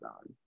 on